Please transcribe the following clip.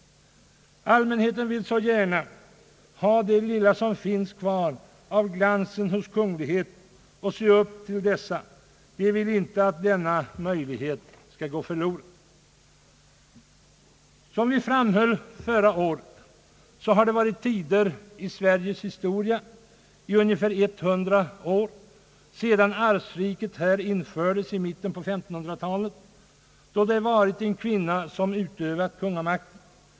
Allmänheten vill så gärna ha det lilla som finns kvar av glansen hos de kungliga och se upp till dessa. De vill inte att denna möjlighet skall gå förlorad. Som vi framhöll förra året har det varit perioder i Sveriges historia i ungefär 100 år sedan arvsriket här infördes i mitten på 1500-talet, då kungamakten utövats av en kvinna.